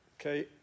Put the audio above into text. Okay